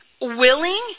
willing